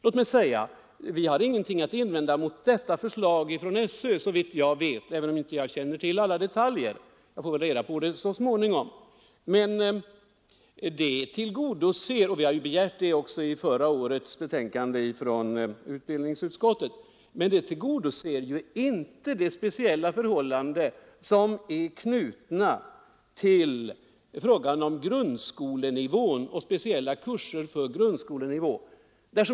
Låt mig säga att vi inte har någonting att invända mot detta förslag från SÖ, såvitt jag vet — även om jag inte känner till alla detaljer. Jag får väl reda på dem så småningom. Vi begärde ju ett sådant förslag redan förra året när frågan behandlades. Men detta förslag tillgodoser inte önskemålet om speciella kurser på grundskolenivå.